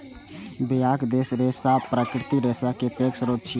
बियाक रेशा प्राकृतिक रेशा केर पैघ स्रोत छियै